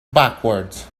backwards